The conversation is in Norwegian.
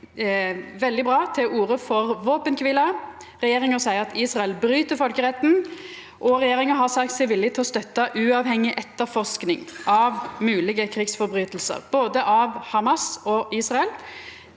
veldig bra – til orde for våpenkvile. Regjeringa seier at Israel bryt folkeretten, og regjeringa har sagt seg villig til å støtta uavhengig etterforsking av moglege krigsbrotsverk, både av Hamas og Israel,